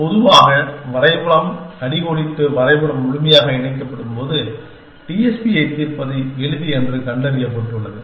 ஆனால் பொதுவாக வரைபடம் அடிக்கோடிட்டு வரைபடம் முழுமையாக இணைக்கப்படும்போது டிஎஸ்பியை தீர்ப்பது எளிது என்று கண்டறியப்பட்டுள்ளது